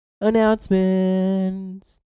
announcements